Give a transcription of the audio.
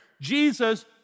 Jesus